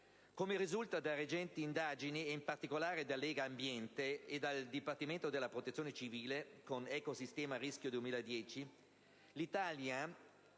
Come risulta da recenti indagini, condotte in particolare da Legambiente e dal Dipartimento della Protezione civile con Ecosistema Rischio 2010, l'Italia